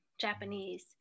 Japanese